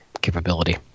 capability